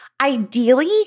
Ideally